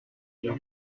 yeux